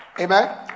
Amen